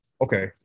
Okay